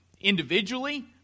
individually